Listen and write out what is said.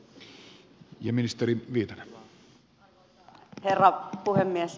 arvoisa herra puhemies